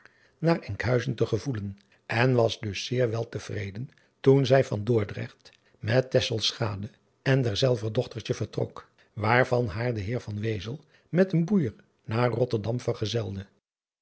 naar nkhuizen te gevoelen en was dus zeer wel te vreden toen zij van ordrecht met en derzelver dochtertje vertrok waarvan haar de eer met een oeijer naar otterdam vergezelde